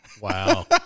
Wow